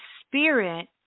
spirit